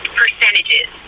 percentages